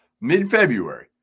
mid-February